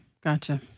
gotcha